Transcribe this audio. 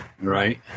right